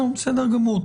לא, בסדר גמור.